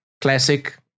classic